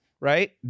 right